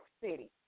City